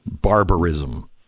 barbarism